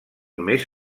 més